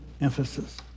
emphasis